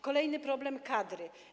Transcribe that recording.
Kolejny problem - kadry.